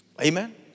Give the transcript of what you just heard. Amen